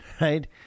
right